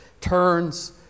turns